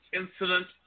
incident